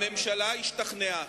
הממשלה השתכנעה.